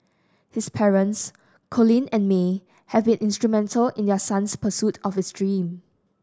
his parents Colin and May have been instrumental in their son's pursuit of his dream